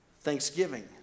Thanksgiving